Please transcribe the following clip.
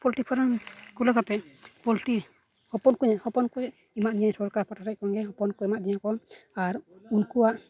poultry farm ᱠᱷᱩᱞᱟᱹᱣ ᱠᱟᱛᱮᱫ poultry ᱦᱚᱯᱚᱱ ᱠᱚ ᱦᱚᱯᱚᱱ ᱠᱩᱡᱽ ᱮᱢᱟᱫᱤᱧᱟᱹ ᱥᱚᱨᱠᱟᱨ ᱯᱟᱥᱴᱟᱥᱮᱫ ᱠᱷᱚᱱ ᱜᱮ ᱦᱚᱯᱚᱱ ᱠᱚ ᱮᱢᱟᱫᱤᱧᱟᱹ ᱠᱚ ᱟᱨ ᱩᱱᱠᱩᱣᱟᱜ